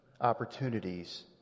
opportunities